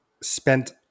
spent